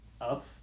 Up